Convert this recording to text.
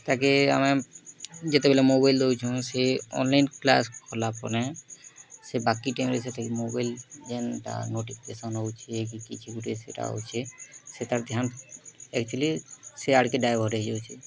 ତାକେ ଆମେ ଯେତେବେଲେ ମୋବାଇଲ୍ ଦଉଚୁଁ ସେ ଅନ୍ଲାଇନ୍ କ୍ଲାସ୍ କଲା ପରେ ସେ ବାକି ଟାଇମ୍ରେ ସେ ଟିକେ ମୋବାଇଲ୍ ଯେଣ୍ଟା ନୋଟିଫିକେସନ୍ ଅଉଛେ କି କିଛି ଗୁଟେ ସେଟା ଆଉଛେ ସେଟାର୍ ଧ୍ୟାନ୍ ଏକ୍ଚୁଲି ସିଆଡ଼ିକେ ଡାଇଭଟ୍ ହେଇ ଯାଉଛେ